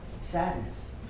sadness